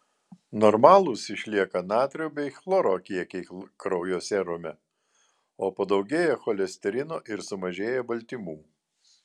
normalūs išlieka natrio bei chloro kiekiai kraujo serume o padaugėja cholesterino ir sumažėja baltymų